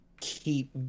keep